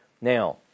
Now